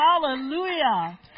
Hallelujah